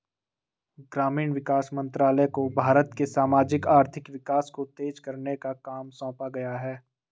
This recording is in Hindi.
ग्रामीण विकास मंत्रालय को भारत के सामाजिक आर्थिक विकास को तेज करने का काम सौंपा गया है